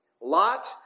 Lot